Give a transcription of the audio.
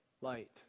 light